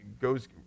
goes